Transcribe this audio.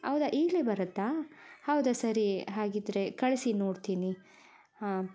ಹೌದಾ ಈಗಲೇ ಬರತ್ತಾ ಹೌದಾ ಸರಿ ಹಾಗಿದ್ದರೆ ಕಳಿಸಿ ನೋಡ್ತೀನಿ